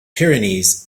pyrenees